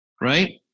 right